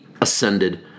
Ascended